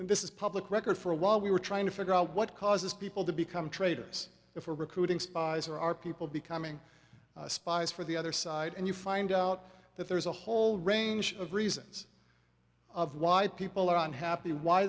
and this is public record for a while we were trying to figure out what causes people to become traitors if we're recruiting spies or are people becoming spies for the other side and you find out that there's a whole range of reasons of why people are unhappy why